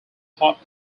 hot